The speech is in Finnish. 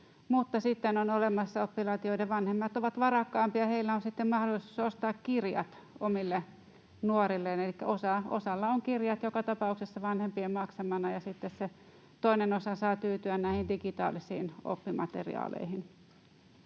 oppilaita, joiden vanhemmat ovat varakkaampia ja joilla on sitten mahdollisuus ostaa kirjat omille nuorilleen, elikkä osalla on kirjat joka tapauksessa vanhempien maksamana ja sitten se toinen osa saa tyytyä näihin digitaalisiin oppimateriaaleihin.